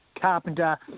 carpenter